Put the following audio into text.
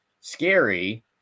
scary